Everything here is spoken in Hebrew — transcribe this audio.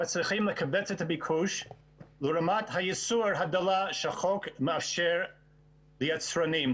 מצליחים לכווץ את הביקוש לרמת הייצור הדלה שהחוק מאפשר ליצרנים.